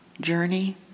journey